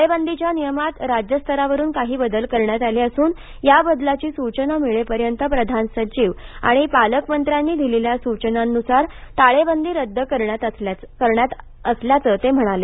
टाळेबंदीच्या नियमात राज्यस्तरावरुन काही बदल करण्यात आले असून या बदलाची सूचना मिळेपर्यंत प्रधान सचिव आणि पालकमंत्र्यांनी दिलेल्या सूचनांनुसार टाळेबंदी रद्द करत असल्याचं ते म्हणाले